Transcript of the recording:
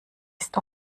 ist